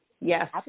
yes